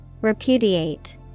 repudiate